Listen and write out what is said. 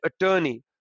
attorney